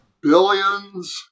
billions